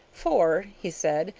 for, he said,